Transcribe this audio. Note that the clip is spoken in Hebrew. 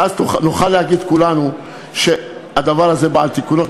ואז נוכל להגיד כולנו שהדבר הזה בא על תיקונו,